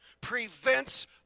prevents